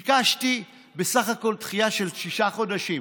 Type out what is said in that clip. ביקשתי בסך הכול דחייה של שישה חודשים.